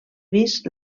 vist